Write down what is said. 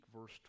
verse